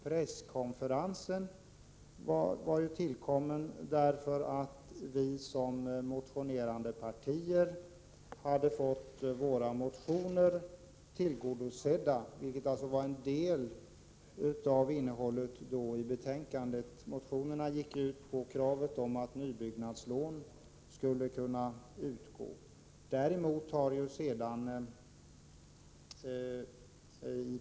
Presskonferensen tillkom därför att vi som motionerade hade fått kraven i våra motionsförslag tillgodosedda. Motionsförslagen gick ut på att nybyggnadslån skulle kunna ges.